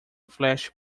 flash